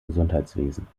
gesundheitswesen